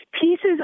pieces